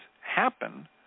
happen